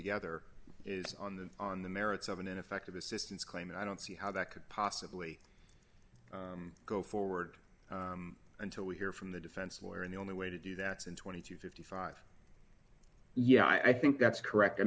together is on the on the merits of an ineffective assistance claim and i don't see how that could possibly go forward until we hear from the defense lawyer in the only way to do that in twenty to fifty five yeah i think that's correct i